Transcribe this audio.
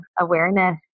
awareness